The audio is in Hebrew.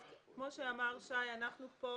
כפי שאמר שי קינן, אנחנו פה